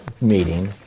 meeting